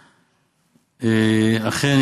אכן,